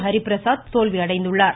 Hariprasad தோல்வியடைந்துள்ளார்